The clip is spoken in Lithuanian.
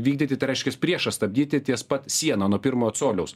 vykdyti tai reiškias priešą stabdyti ties pat siena nuo pirmo coliaus